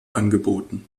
angeboten